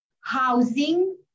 housing